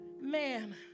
man